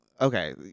okay